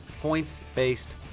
points-based